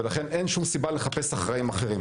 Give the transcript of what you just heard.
ולכן אין שום סיבה לחפש אחראים אחרים.